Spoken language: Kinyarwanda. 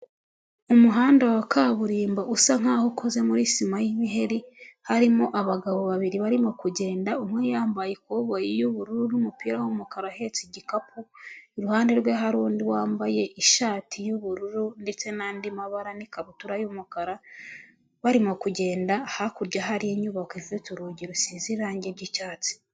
Umuhanda wa kaburimbo usa nk'aho ukoze muri sima y'ibiheri, harimo abagabo babiri barimo kugenda, umwe yambaye ikoboyi y'ubururu n'umupira w'umukara ahetse igikapu, iruhande rwe hari undi wambaye ishati y'ubururu ndetse n'andi mabara n'ikabutura y'umukara, barimo kugenda; hakurya hari inyubako ifite urugi rusize irangi ry'icyatsi.